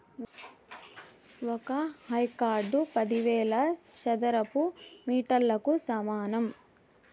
ఒక హెక్టారు పదివేల చదరపు మీటర్లకు సమానం